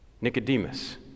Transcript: Nicodemus